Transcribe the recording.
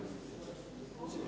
Hvala.